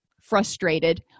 frustrated